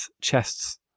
chests